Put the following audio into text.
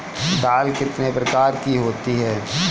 दाल कितने प्रकार की होती है?